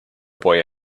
boy